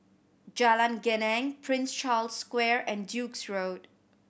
Jalan Geneng Prince Charles Square and Duke's Road